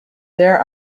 there